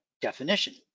definition